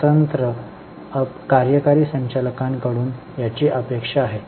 स्वतंत्र अप कार्यकारी संचालकांकडून याची अपेक्षा आहे